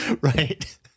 Right